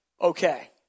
Okay